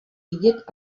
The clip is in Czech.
vidět